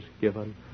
given